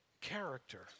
character